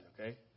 okay